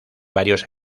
varios